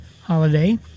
holiday